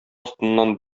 астыннан